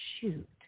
shoot